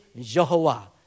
Jehovah